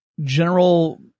general